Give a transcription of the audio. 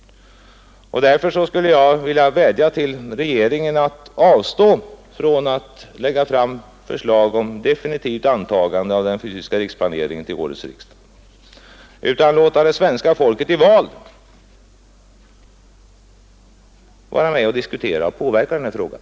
Därför skulle jag vilja vädja till regeringen att avstå från att lägga fram förslag om definitivt antagande av den fysiska riksplaneringen till årets riksdag och i stället låta det svenska folket i val vara med och diskutera och påverka den här frågan.